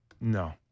No